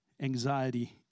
anxiety